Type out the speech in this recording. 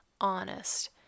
honest